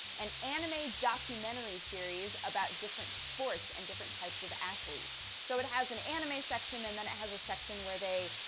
an anime documentary series. about different sports and different types of athletes. so it has an anime section, and then it has a section where they.